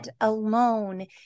alone